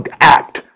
act